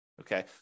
Okay